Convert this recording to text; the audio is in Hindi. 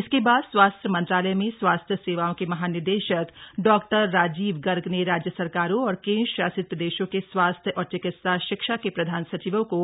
इसके बाद स्वास्थ्य मंत्रालय में स्वास्थ्य सेवाओं के महानिदेशक डॉक्टर राजीव गर्ग ने राज्य सरकारों और केंद्रशासित प्रदेशों के स्वास्थ्य और चिकित्सा शिक्षा के प्रधान सचिवों को